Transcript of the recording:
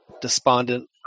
despondent